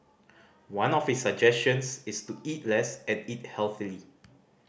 one of his suggestions is to eat less and eat healthily